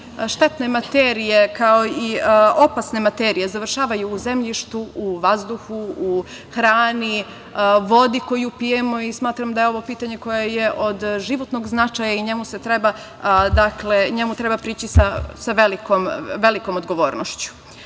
štetne i opasne materije završavaju u zemljištu, u vazduhu, u hrani, vodi koju pijemo i smatram da je ovo pitanje koje je od životnog značaja i njemu treba prići sa velikom odgovornošću. Ja